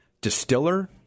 distiller